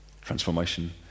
transformation